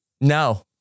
no